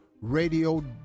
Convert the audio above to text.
radio